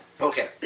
Okay